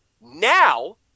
Now